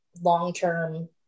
long-term